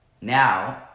now